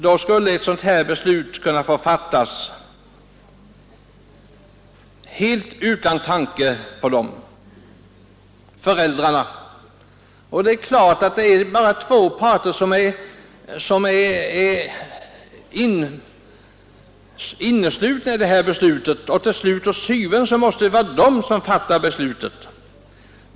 Då skulle ett sådant här beslut kunna få fattas av föräldrarna utan tanke på barnen. Det är klart att det är bara två parter så att säga inneslutna i detta beslut, och til syvende og sidst måste det vara de som fattar beslutet.